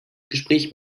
gespräch